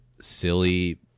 silly